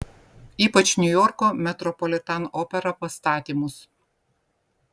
ypač niujorko metropolitan opera pastatymus